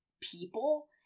people